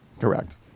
Correct